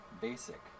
basic